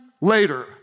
later